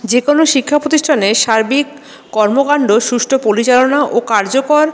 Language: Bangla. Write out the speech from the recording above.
যেকোনো শিক্ষা প্রতিষ্ঠানে সার্বিক কর্মকাণ্ড সুষ্ঠ পরিচালনা ও কার্যকর